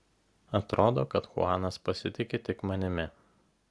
atrodo kad chuanas pasitiki tik manimi